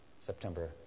September